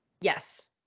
yes